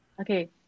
Okay